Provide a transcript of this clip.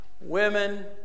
women